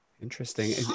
Interesting